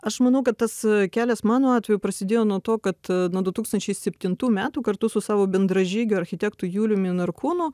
aš manau kad tas kelias mano atveju prasidėjo nuo to kad nuo du tūkstančiai septintų metų kartu su savo bendražygiu architektu juliumi narkūnu